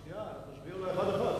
שנייה, תסביר אחד-אחד.